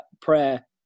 prayer